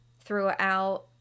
throughout